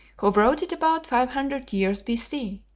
who wrote it about five hundred years b c.